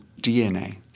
DNA